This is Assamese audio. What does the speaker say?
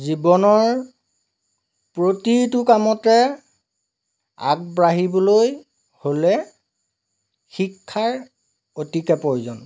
জীৱনৰ প্ৰতিটো কামতে আগবাঢ়িবলৈ হ'লে শিক্ষাৰ অতিকৈ প্ৰয়োজন